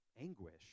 anguish